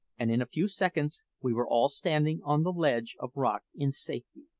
and in a few seconds we were all standing on the ledge of rock in safety.